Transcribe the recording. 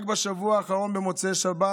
רק בשבוע האחרון, במוצאי שבת,